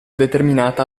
determinata